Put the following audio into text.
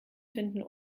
finden